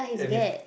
and he